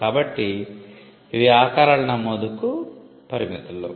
కాబట్టి ఇవి ఆకారాల నమోదుకు పరిమితులు